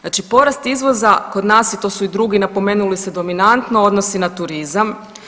Znači porast izvoza kod nas je, to su i drugi napomenuli se dominantno odnosi na turizam.